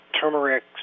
turmeric